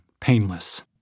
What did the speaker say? painless